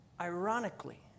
Ironically